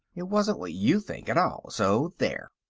it wasn't what you think at all so there.